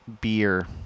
Beer